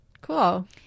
Cool